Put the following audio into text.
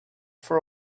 for